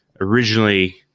originally